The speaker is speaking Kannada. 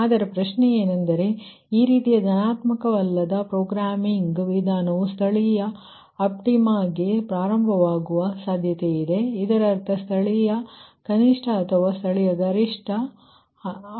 ಆದರೆ ಪ್ರಶ್ನೆಯೆಂದರೆ ಈ ರೀತಿಯ ರೇಖಾತ್ಮಕವಲ್ಲದ ಪ್ರೋಗ್ರಾಮಿಂಗ್ ವಿಧಾನವು ಸ್ಥಳೀಯ ಆಪ್ಟಿಮಾಗೆ ಪ್ರಾರಂಭವಾಗುವ ಸಾಧ್ಯತೆಯಿದೆ ಇದರರ್ಥ ಸ್ಥಳೀಯ ಕನಿಷ್ಟಅಥವಾ ಸ್ಥಳೀಯ ಗರಿಷ್ಠ ಆಗಿದೆ